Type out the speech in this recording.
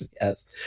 Yes